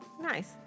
Nice